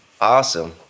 awesome